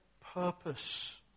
purpose